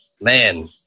man